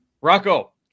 Rocco